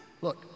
Look